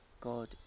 god